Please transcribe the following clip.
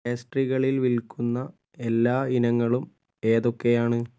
പേസ്ട്രികളിൽ വിൽക്കുന്ന എല്ലാ ഇനങ്ങളും ഏതൊക്കെയാണ്